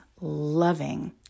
loving